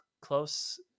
close